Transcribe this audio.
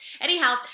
Anyhow